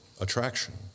attraction